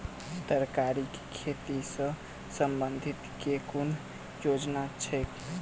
तरकारी केँ खेती सऽ संबंधित केँ कुन योजना छैक?